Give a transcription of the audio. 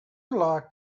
locked